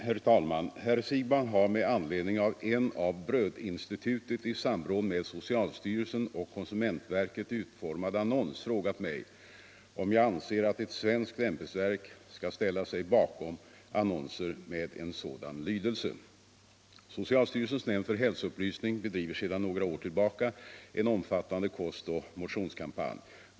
Herr talman! Herr Siegbahn har med anledning av en av Brödinstitutet i samråd med socialstyrelsen och konsumentverket utformad annons frågat mig, om jag anser att ett svenskt ämbetsverk skall ställa sig bakom annonser med en sådan lydelse. Socialstyrelsens nämnd för hälsoupplysning bedriver sedan några år tillbaka en omfattande kostoch motionskampanj.